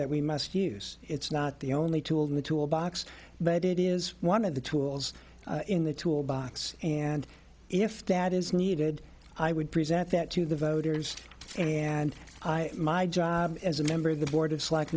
that we must use it's not the only tool in the tool box but it is one of the tools in the tool box and if that is needed i would present that to the voters and my job as a member of the board of s